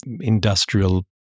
industrial